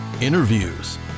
interviews